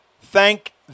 thank